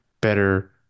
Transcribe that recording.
better